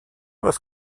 was